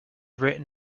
written